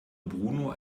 bruno